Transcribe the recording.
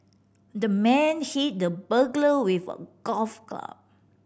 the man hit the burglar with a golf club